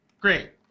Great